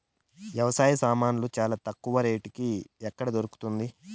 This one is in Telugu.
వ్యవసాయ సామాన్లు చానా తక్కువ రేటుకి ఎక్కడ దొరుకుతుంది?